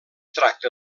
tracta